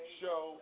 show